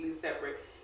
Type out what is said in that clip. separate